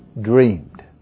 dreamed